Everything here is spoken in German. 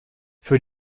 für